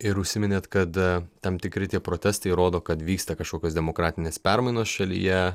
ir užsiminėt kad tam tikri tie protestai rodo kad vyksta kažkokios demokratinės permainos šalyje